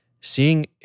seeing